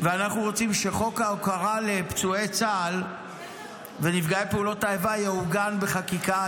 ואנחנו רוצים שחוק ההוקרה לפצועי צה"ל ונפגעי פעולות איבה יעוגן בחקיקה.